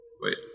wait